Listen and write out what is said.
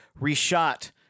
reshot